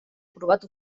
aprovat